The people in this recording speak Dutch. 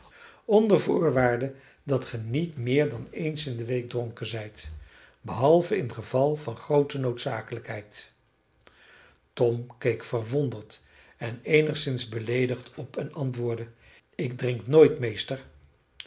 onder voorwaarde dat ge niet meer dan eens in de week dronken zijt behalve in geval van groote noodzakelijkheid tom keek verwonderd en eenigszins beleedigd op en antwoordde ik drink nooit meester